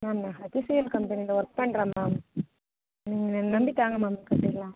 ma'am நான் HCL கம்பெனியில் work பண்ணுறேன் மேம் நீங்கள் என்னை நம்பி தாங்க மேம் கட்டிக்கலாம்